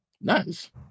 Nice